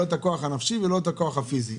יש את המקצועות השוחקים.